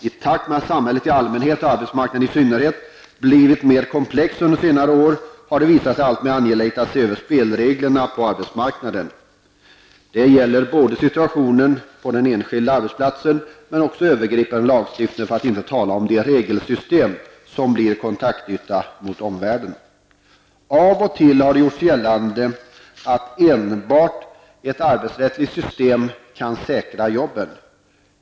I takt med att samhället i allmänhet och arbetsmarknaden i synnerhet blivit mer komplex under senare år har det visat sig alltmer angeläget att se över spelreglerna på arbetsmarknaden. Det gäller situationen på den enskilda arbetsplatsen men också övergripande lagstiftning, för att inte tala om de regelsystem som blir kontaktyta mot omvärlden. Av och till har det gjorts gällande att enbart ett arbetsrättsligt system kan säkra jobben.